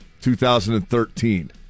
2013